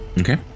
Okay